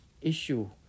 issue